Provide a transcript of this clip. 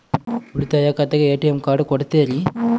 ಉಳಿತಾಯ ಖಾತೆಗೆ ATM card ಕೊಡ್ತೇರಿ?